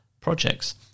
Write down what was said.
projects